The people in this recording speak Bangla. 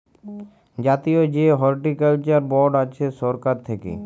জাতীয় যে হর্টিকালচার বর্ড আছে সরকার থাক্যে